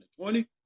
20